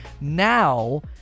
Now